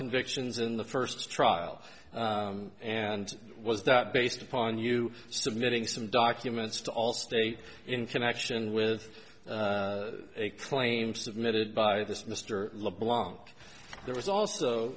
convictions in the first trial and was that based upon you submitting some documents to all state in connection with a claim submitted by this mr le blanc there was also